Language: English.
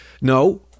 No